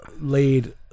laid